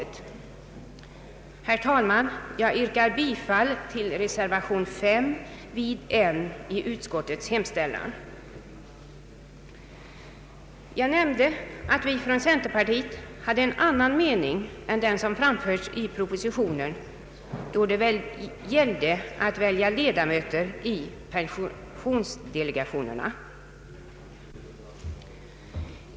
Herr talman! Jag yrkar bifall till reservation 5) vid N i utskottets hemställan. Jag nämnde att vi från centerpartiet hade en annan mening än den som framförts i propositionen då det gällde att välja ledamöter i pensionsdelegationerna.